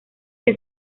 que